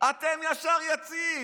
אתם ישר יוצאים.